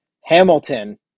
Hamilton